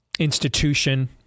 institution